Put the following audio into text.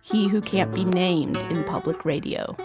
he who can't be named in public radio